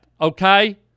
Okay